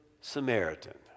Samaritan